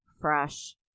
fresh